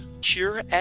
Cure